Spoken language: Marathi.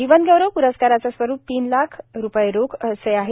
जीवनगौरव प्रस्काराचे स्वरूप तीन लाख रुपये रोख असे आहे